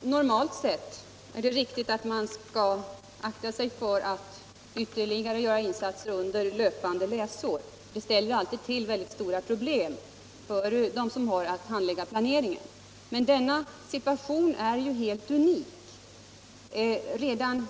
Herr talman! Normalt sett är det riktigt att man bör akta sig för att göra ytterligare insatser under löpande läsår. Det ställer alltid till stora problem för dem som har att handlägga planeringen. Men denna situation är ju helt unik. Redan